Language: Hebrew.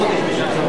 חברת הכנסת